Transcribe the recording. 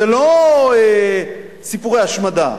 זה לא סיפורי השמדה.